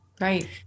Right